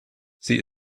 sie